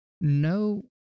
No